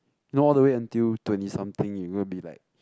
you know all the way until twenty something you're going to be like